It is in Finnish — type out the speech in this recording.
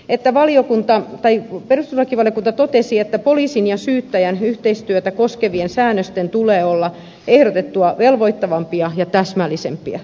että valiokunta tai perslakivaliokunta totesi että poliisin ja syyttäjän yhteistyötä koskevien säännösten tulee olla ehdotettua velvoittavampia ja täsmällisempiä